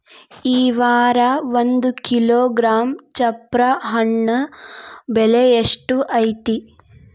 ಈ ವಾರ ಒಂದು ಕಿಲೋಗ್ರಾಂ ಚಪ್ರ ಹಣ್ಣ ಬೆಲೆ ಎಷ್ಟು ಐತಿ?